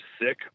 sick